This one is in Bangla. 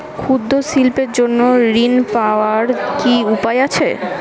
ক্ষুদ্র শিল্পের জন্য ঋণ পাওয়ার কি উপায় আছে?